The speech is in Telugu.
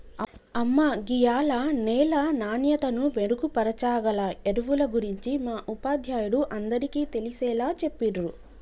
అమ్మ గీయాల నేల నాణ్యతను మెరుగుపరచాగల ఎరువుల గురించి మా ఉపాధ్యాయుడు అందరికీ తెలిసేలా చెప్పిర్రు